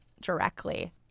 directly